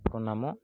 ତାଙ୍କ ନାମ